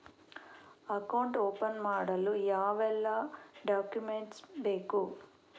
Account open ಮಾಡಲು ಯಾವೆಲ್ಲ document ಬೇಕು?